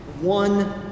one